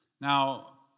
Now